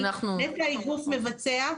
נת"ע היא גוף מבצע,